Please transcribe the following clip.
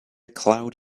cloud